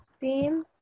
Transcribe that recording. theme